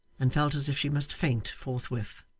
and felt as if she must faint forthwith.